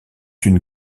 une